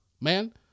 man